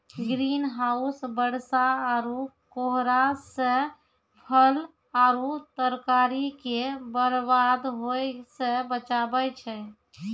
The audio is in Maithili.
ग्रीन हाउस बरसा आरु कोहरा से फल आरु तरकारी के बरबाद होय से बचाबै छै